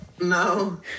No